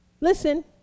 listen